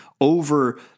over